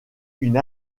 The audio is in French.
une